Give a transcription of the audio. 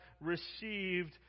received